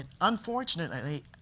unfortunately